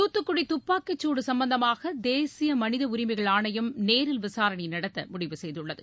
தூத்துக்குடி துப்பாக்கிச்சுடு சம்பந்தமாக தேசிய மனித உரிமைகள் ஆணையம் நேரில் விசாரணை நடத்த முடிவு செய்துள்ளது